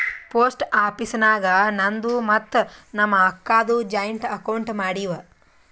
post office ನಾಗ್ ನಂದು ಮತ್ತ ನಮ್ ಅಕ್ಕಾದು ಜಾಯಿಂಟ್ ಅಕೌಂಟ್ ಮಾಡಿವ್